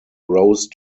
rose